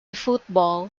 football